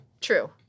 true